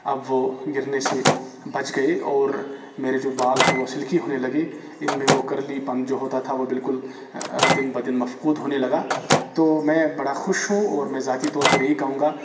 اب وہ گرنے سے بچ گئے اور میرے جو بال ہیں وہ سلکی ہونے لگے ان میں وہ کرلی پن جو ہوتا تھا وہ بالکل دن بدن مفقود ہونے لگا تو میں بڑا خوش ہوں اور میں ذاتی طور پر یہی کہوں گا